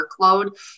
workload